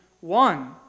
one